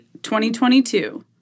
2022